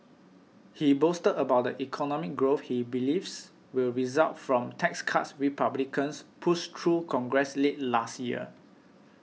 he boasted about the economic growth he believes will result from tax cuts Republicans pushed through Congress late last year